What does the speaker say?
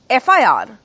FIR